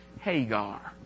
Hagar